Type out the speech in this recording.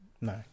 No